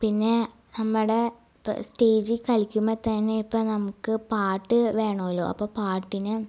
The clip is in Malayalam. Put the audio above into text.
പിന്നെ നമ്മുടെ സ്റ്റേജിൽ കളിക്കുമ്പം തന്നെ ഇപ്പം നമുക്ക് പാട്ട് വേണമല്ലോ അപ്പം പാട്ടിന്